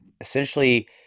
essentially